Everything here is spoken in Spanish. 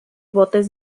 botes